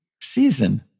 season